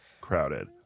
crowded